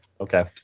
okay